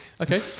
Okay